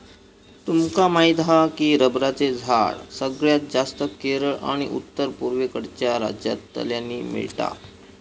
तुमका माहीत हा की रबरचा झाड सगळ्यात जास्तं केरळ आणि उत्तर पुर्वेकडच्या राज्यांतल्यानी मिळता